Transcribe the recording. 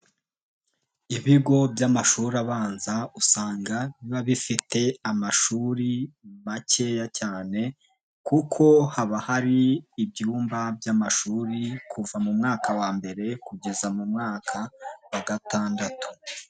Ibigo by'amashuri abanza usanga biba bifite amashuri makeya cyane kuko haba hari ibyumba by'amashuri kuva mu mwaka wa mbere, kugeza mu mwaka wa gatandatu.